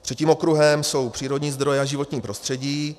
Třetím okruhem jsou přírodní zdroje a životní prostředí.